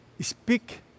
speak